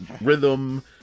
rhythm